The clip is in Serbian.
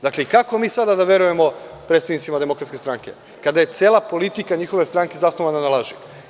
Dakle, kako mi sada da verujemo predstavnicima DS kada je cela politika njihove stranke zasnovana na laži?